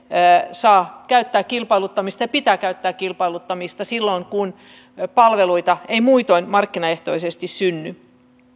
saa käyttää kilpailuttamista ja sen pitää käyttää kilpailuttamista silloin kun palveluita ei muutoin markkinaehtoisesti synny